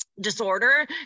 disorder